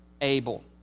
Abel